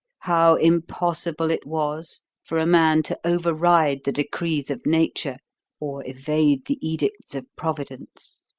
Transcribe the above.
how impossible it was for a man to override the decrees of nature or evade the edicts of providence?